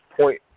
point